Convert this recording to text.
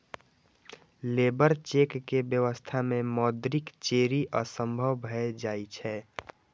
labour cheque के व्यवस्था मे मौद्रिक चोरी असंभव भए जाइ छै